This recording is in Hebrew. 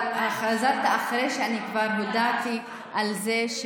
אבל חזרת אחרי שכבר הודעתי על זה,